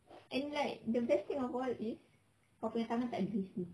and like the best thing of all is kau punya tangan tak greasy